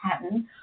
pattern